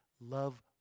love